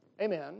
Amen